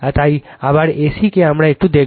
তাই এবার A C কে আমরা একটু দেখব